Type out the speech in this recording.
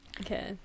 Okay